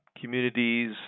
communities